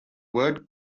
word